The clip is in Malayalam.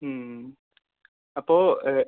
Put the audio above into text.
അപ്പോൾ